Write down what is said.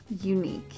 unique